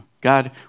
God